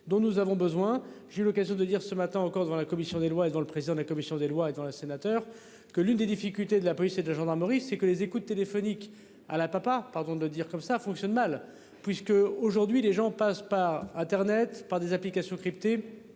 dont nous avons besoin, j'ai eu l'occasion de dire ce matin encore devant la commission des lois et dont le président de la commission des lois et devant les sénateurs que l'une des difficultés de la police et de gendarmerie, c'est que les écoutes téléphoniques à la papa, pardon de le dire comme ça fonctionne mal, puisque aujourd'hui les gens passent par Internet par des applications cryptés